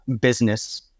business